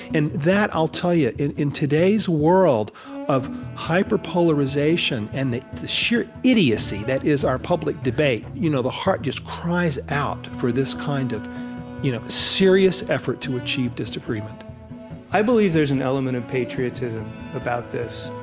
and that, i'll tell you, in in today's world of hyperpolarization and the sheer idiocy that is our public debate, you know the heart just cries out for this kind of you know serious effort to achieve disagreement i believe there's an element of patriotism about this,